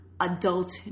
adult